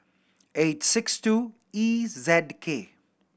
eight six two E Z K